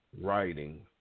Writing